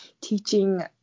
teaching